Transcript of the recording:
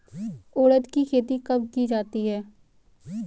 उड़द की खेती कब की जाती है?